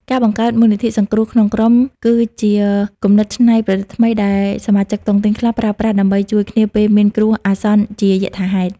ការបង្កើត "មូលនិធិសង្គ្រោះក្នុងក្រុម" គឺជាគំនិតច្នៃប្រឌិតថ្មី ដែលសមាជិកតុងទីនខ្លះប្រើប្រាស់ដើម្បីជួយគ្នាពេលមានគ្រោះអាសន្នយថាហេតុ។